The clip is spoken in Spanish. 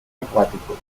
acuáticos